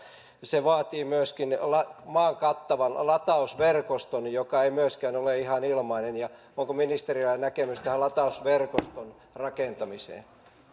se vaatii myöskin maan kattavan latausverkoston joka ei myöskään ole ihan ilmainen onko ministerillä näkemystä tähän latausverkoston rakentamiseen